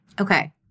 Okay